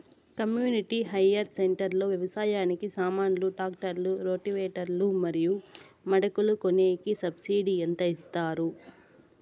community hire centre లో వ్యవసాయానికి సామాన్లు ట్రాక్టర్లు రోటివేటర్ లు మరియు మడకలు కొనేకి సబ్సిడి ఎంత ఇస్తారు